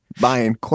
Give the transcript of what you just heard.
buying